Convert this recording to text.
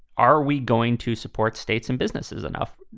are we going to support states and businesses enough?